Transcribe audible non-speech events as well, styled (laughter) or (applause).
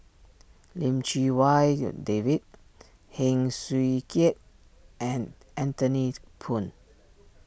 Lim Chee Wai (hesitation) David Heng Swee Keat and Anthony Poon